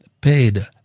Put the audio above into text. paid